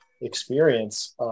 experience